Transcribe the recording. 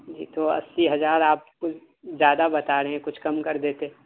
جی تو اسی ہزار آپ کچھ زیادہ بتا رہے ہیں کچھ کم کر دیتے